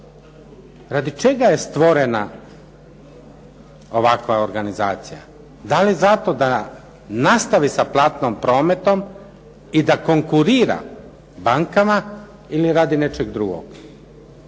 Radi čega je stvorena ovakva organizacija? Da li zato da nastavi sa platnom prometom i da konkurira bankama ili radi nečeg drugog?